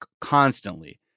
constantly